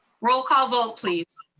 roll call vote please.